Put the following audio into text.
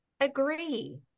agree